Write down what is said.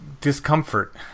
discomfort